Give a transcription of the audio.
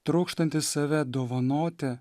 trokštanti save dovanoti